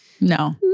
No